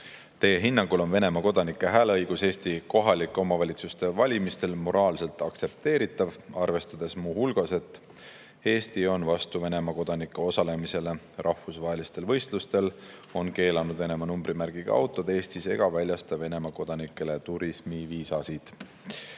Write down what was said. Teie hinnangul on Venemaa kodanike hääleõigus Eesti kohalike omavalitsuste valimistel moraalselt aktsepteeritav, arvestades muu hulgas, et Eesti on vastu Venemaa kodanike osalemisele rahvusvahelistel võistlustel, on keelanud Venemaa numbrimärgiga autod Eestis ega väljasta Venemaa kodanikele turismiviisasid?"